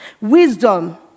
wisdom